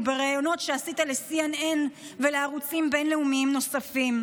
בראיונות שעשית ל-CNN ולערוצים בין-לאומיים נוספים,